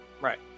Right